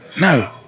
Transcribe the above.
No